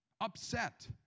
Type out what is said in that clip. upset